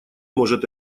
может